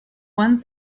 one